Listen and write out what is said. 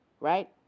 Right